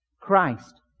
Christ